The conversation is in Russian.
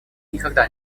никогда